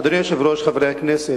אדוני היושב-ראש, חברי הכנסת,